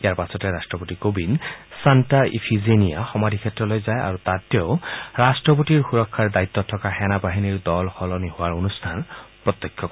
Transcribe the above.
ইয়াৰ পাছতে ৰাট্টপতি Kovind Santa Iphigenia সমাধি ক্ষেত্ৰলৈ যায় আৰু তাত তেওঁ ৰাট্টপতিৰ সুৰক্ষাৰ দায়িত্বত থকা সেনা বাহিনীৰ দল সলনি হোৱাৰ অনুষ্ঠান প্ৰত্যক্ষ কৰে